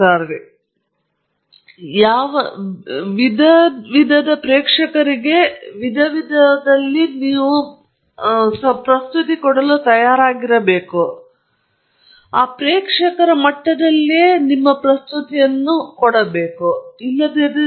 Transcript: ಆದ್ದರಿಂದ ನೀವು ಪ್ರೇಕ್ಷಕರಿಗೆ ತಯಾರಾಗಿರಬೇಕು ಮತ್ತು ಆ ಪ್ರೇಕ್ಷಕರ ಮಟ್ಟದಲ್ಲಿ ಅದನ್ನು ಸರಿಗಟ್ಟಬೇಕು ಆದ್ದರಿಂದ ಅವರು ನಿಮ್ಮೊಂದಿಗೆ ಉಳಿಯುತ್ತಾರೆ